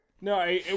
No